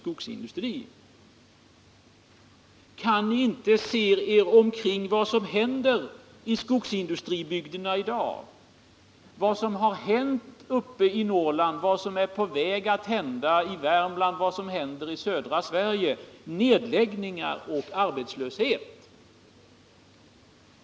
Kan ni inte se vad som händer omkring er i skogsindustribygderna i dag, vad som hänt uppe i Norrland, vad som är på väg att hända i Värmland, vad som händer i södra Sverige — nedläggning och arbetslöshet?